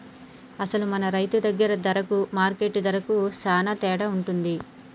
అసలు మన రైతు దగ్గర ధరకు మార్కెట్ ధరకు సాలా తేడా ఉంటుంది